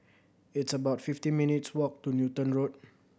it's about fifty minutes' walk to Newton Road